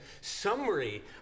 summary